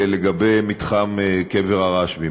לגבי מתחם קבר הרשב"י,